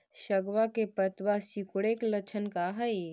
सगवा के पत्तवा सिकुड़े के लक्षण का हाई?